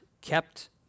kept